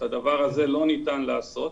את הדבר הזה לא ניתן לעשות